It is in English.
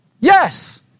Yes